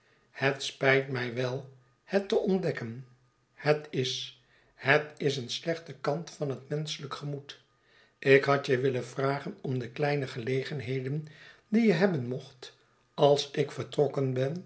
het spijt mij wel het te ontdekken het is het is een slechte kant van het menschelijk gemoed ikhadje willen vragen om dekleine gelegenheden die je hebben mocht als ik vertrokken ben